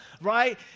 right